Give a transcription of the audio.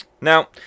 Now